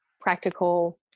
practical